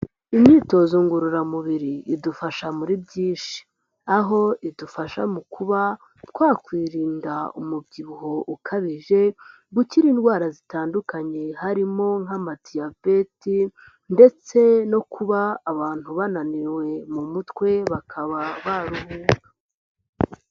Imyitozo ngororamubiri idufasha muri byinshi. Aho idufasha mu kuba twakwirinda umubyibuho ukabije, gukira indwara zitandukanye harimo nk' amadiyabeti ndetse no kuba abantu bananiwe mu mutwe bakaba baruhuka.